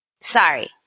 Sorry